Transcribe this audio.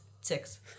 Six